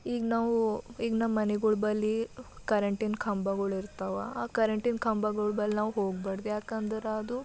ಈಗ ನಾವು ಈಗ ನಮ್ಮ ಮನೆಗಳ ಬಳಿ ಕರೆಂಟಿನ ಕಂಬಗಳು ಇರ್ತಾವೆ ಆ ಕರೆಂಟಿನ ಕಂಬಗಳ ಬಳಿ ನಾವು ಹೋಗಬಾರದು ಯಾಕೆಂದ್ರೆ ಅದು